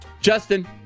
Justin